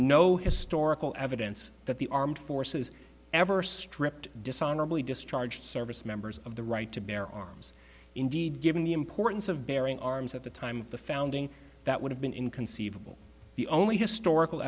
no historical evidence that the armed forces ever stripped dishonorably discharged service members of the right to bear arms indeed given the importance of bearing arms at the time of the founding that would have been inconceivable the only historical